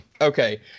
Okay